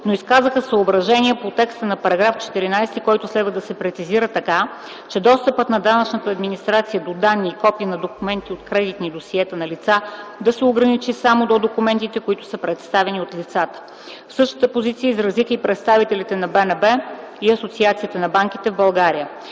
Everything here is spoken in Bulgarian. но изказаха съображения по текста на § 14, който следва да се прецизира така, че достъпът на данъчната администрация до данни и копия на документи от кредитните досиета на лицата да се ограничи само до документите, които са предоставени от лицата. Същата позиция изразиха и представителите на БНБ и Асоциацията на банките в България.